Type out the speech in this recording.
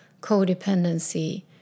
codependency